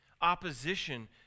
opposition